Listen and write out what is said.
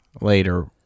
later